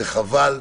חבל.